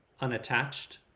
unattached